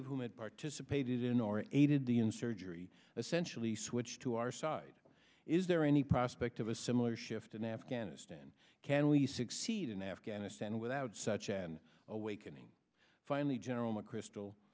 of whom had participated in or aided the in surgery essentially switch to our side is there any prospect of a similar shift in afghanistan can we succeed in afghanistan without such an awakening finally general mcchrystal